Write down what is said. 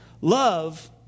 Love